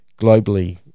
globally